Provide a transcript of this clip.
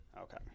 okay